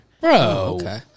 Bro